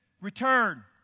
return